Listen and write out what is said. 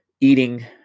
eating